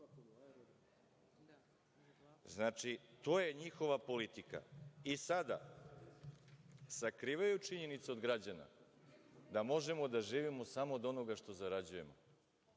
Znači, to je njihova politika.I sada sakrivaju činjenice od građana, da možemo da živimo samo od onoga što zarađujemo